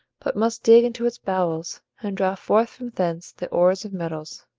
but must dig into its bowels, and draw forth from thence the ores of metals.